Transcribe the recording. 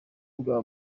bwa